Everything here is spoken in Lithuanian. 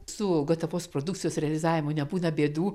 su gatavos produkcijos realizavimu nebūna bėdų